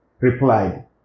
replied